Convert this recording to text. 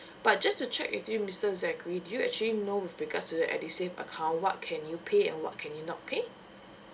but just to check with you mister zachary do you actually know with regards to the edusave account what can you pay and what can you not pay